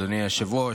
אדוני היושב-ראש,